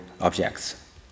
objects